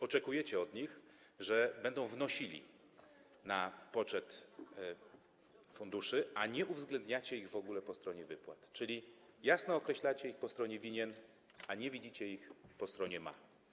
Oczekujecie od nich, że będą wnosili wpłaty na poczet funduszy, a w ogóle nie uwzględniacie ich po stronie wypłat, czyli jasno określacie ich po stronie: winien, a nie widzicie ich po stronie: mam.